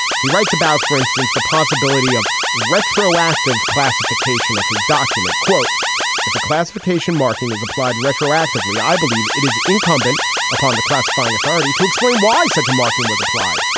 he writes about for instance the possibility of retroactive classification of his document quote if a classification marking is applied retroactively i believe it is incumbent upon the classifying authority to explain why such a marking was applied.